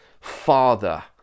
Father